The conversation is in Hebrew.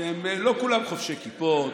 ולא כולם חובשי כיפות,